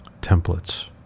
templates